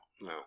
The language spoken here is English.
no